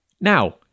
Now